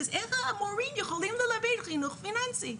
אז איך המורים יכולים ללמד חינוך פיננסי.